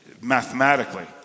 Mathematically